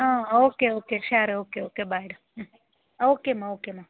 ஆ okay okay sure okay okay பாய்டா ம் ஓகேம்மா ஓகேம்மா